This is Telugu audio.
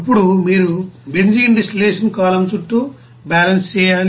అప్పుడు మీరు బెంజీన్ డిస్టిలేషన్ కాలమ్ చుట్టూ బ్యాలెన్స్ చేయాలి